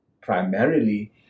primarily